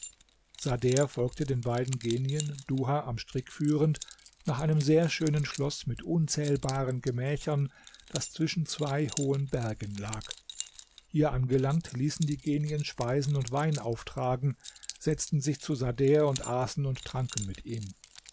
sader folgte den beiden genien duha am strick führend nach einem sehr schönen schloß mit unzählbaren gemächern das zwischen zwei hohen bergen lag hier angelangt ließen die genien speisen und wein auftragen setzten sich zu sader und aßen und tranken mit ihm